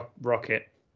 Rocket